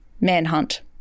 manhunt